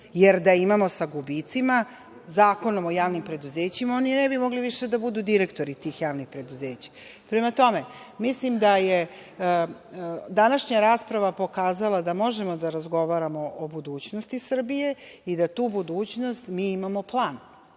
jer da imamo sa gubicima Zakonom o javnim preduzećima, oni ne bi mogli više da budu direktori tih javnih preduzeća. Prema tome, mislim da je današnja rasprava pokazala da možemo da razgovaramo o budućnosti Srbije i za tu budućnost mi imamo plan,